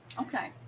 Okay